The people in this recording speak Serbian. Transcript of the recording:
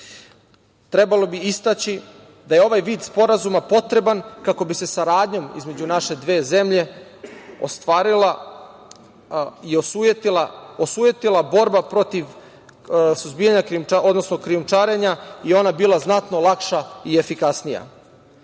trebalo bi istaći da je ovaj vid sporazuma potreban kako bi se saradnja između naše dve zemlje ostvarila i osujetila borba protiv krijumčarenja i ona bila znatno lakša i efikasnija. Granica